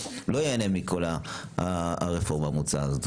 לא ייהנה מכל הרפורמה המוצעת הזאת?